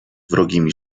wrogimi